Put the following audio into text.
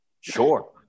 Sure